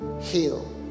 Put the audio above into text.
heal